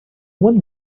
one